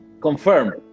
confirm